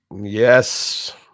yes